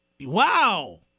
wow